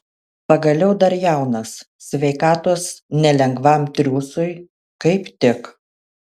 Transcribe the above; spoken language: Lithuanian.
pagaliau dar jaunas sveikatos nelengvam triūsui kaip tik